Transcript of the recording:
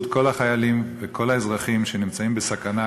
כל החיילים וכל האזרחים שנמצאים בסכנה,